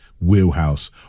wheelhouse